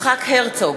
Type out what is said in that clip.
יצחק הרצוג,